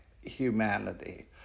humanity